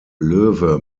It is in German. löwe